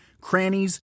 crannies